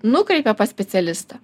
nukreipia pas specialistą